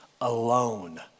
alone